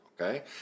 Okay